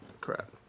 Crap